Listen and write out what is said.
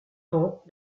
rang